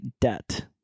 debt